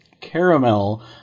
caramel